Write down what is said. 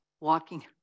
walking